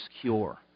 cure